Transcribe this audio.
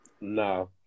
No